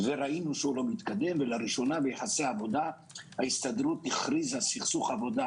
ראינו שהוא לא מתקדם ולראשונה ביחסי עבודה ההסתדרות הכריזה סכסוך עבודה,